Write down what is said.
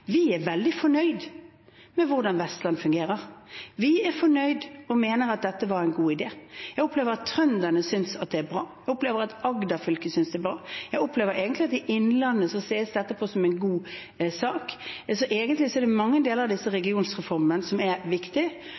Vi er veldig fornøyd med hvordan Vestland fungerer. Vi er fornøyd og mener at dette var en god idé. Jeg opplever at trønderne synes det er bra, jeg opplever at Agder fylke synes det er bra, og jeg opplever egentlig at i Innlandet ses dette på som en god sak. Egentlig er det mange deler av regionreformen som er viktig.